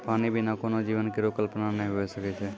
पानी बिना कोनो जीवन केरो कल्पना नै हुए सकै छै?